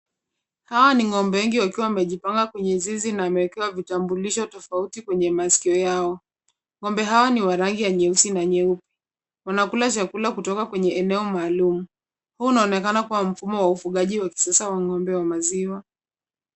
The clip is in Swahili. Hawa ni ng'ombe wengi wakiwa wamejipanga kwenye zizi na wamewekewa vitambulisho tofauti kwenye masikio yao. Ng'ombe hao ni wa rangi nyeusi na nyeupe. Huu unaonekana kuwa mfumo wa kisasa wa ufugaji wa ng'ombe wa maziwa.